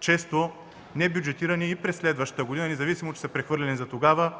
често небюджетирани и през следващата година, независимо че са прехвърлени за тогава;